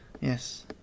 yes